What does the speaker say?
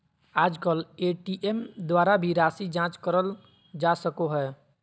आजकल ए.टी.एम द्वारा भी राशी जाँच करल जा सको हय